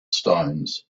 stones